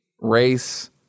race